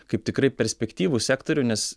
kaip tikrai perspektyvų sektorių nes